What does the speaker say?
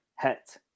hit